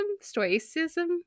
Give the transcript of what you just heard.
Stoicism